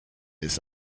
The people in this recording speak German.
ist